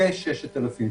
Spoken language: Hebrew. כ-6,000 שקל.